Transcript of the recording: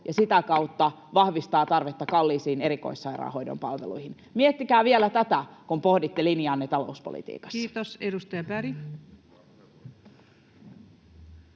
ja sitä kautta vahvistaa tarvetta kalliisiin erikoissairaanhoidon palveluihin? Miettikää vielä tätä, kun pohditte linjaanne talouspolitiikassa. [Speech 67] Speaker: